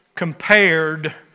compared